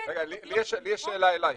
יש לי שאלה אלייך,